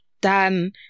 done